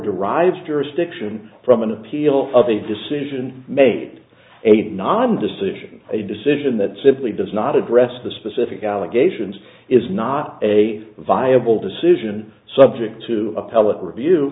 derives jurisdiction from an appeal of a decision made a non decision a decision that simply does not address the specific allegations is not a viable decision subject to appellate review